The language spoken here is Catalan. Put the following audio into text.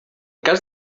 cas